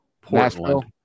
Portland